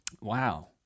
Wow